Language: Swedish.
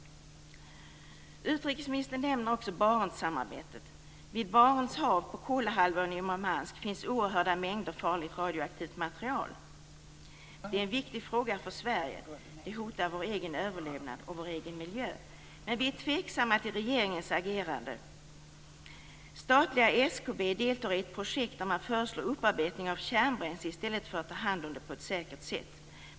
Utrikesministern nämner också Barentssamarbetet. Vid Barents hav, på Kolahalvön och i Murmansk finns oerhörda mängder farligt radioaktivt material. Det är en viktig fråga för Sverige. Det hotar vår egen överlevnad och vår egen miljö. Vi är tveksamma till regeringens agerande. Statliga SKB deltar i ett projekt där man föreslår upparbetning av kärnbränsle i stället för att ta hand om det på ett säkert sätt.